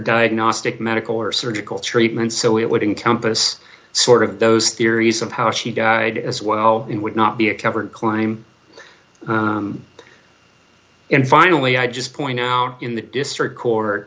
diagnostic medical or surgical treatment so it would in compass sort of those theories of how she died as well it would not be a covered climb and finally i just point out in the district court